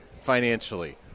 financially